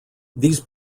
these